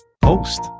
post